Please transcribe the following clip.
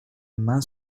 main